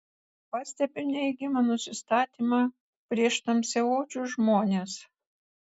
pastebiu neigiamą nusistatymą prieš tamsiaodžius žmones